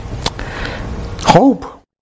Hope